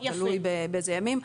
תלוי באיזה ימים.